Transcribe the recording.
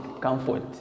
comfort